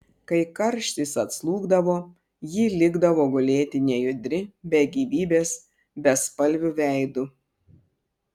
kai karštis atslūgdavo ji likdavo gulėti nejudri be gyvybės bespalviu veidu